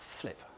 flip